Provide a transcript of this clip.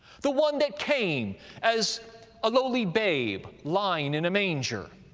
the one that came as a lowly babe lying in a manger,